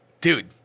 dude